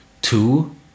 Two